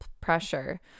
pressure